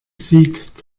sieht